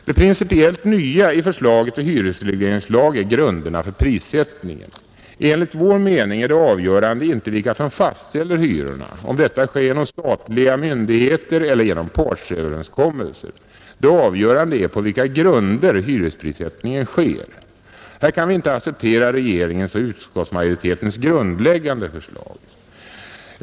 Det principiellt nya i förslaget till hyresregleringslag är grunderna för prissättningen. Enligt vår mening är det avgörande inte vilka som fastställer hyrorna — om detta sker genom statliga myndigheter eller genom partsöverenskommelser — det avgörande är på vilka grunder hyresprissättningen sker. Här kan vi inte acceptera regeringens och utskottsmajoritetens grundläggande förslag.